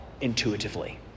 intuitively